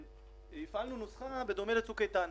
והפעלנו נוסחה בדומה לצוק איתן.